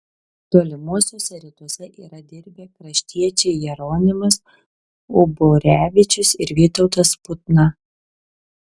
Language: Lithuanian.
tolimuosiuose rytuose yra dirbę kraštiečiai jeronimas uborevičius ir vytautas putna